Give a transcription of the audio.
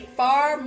far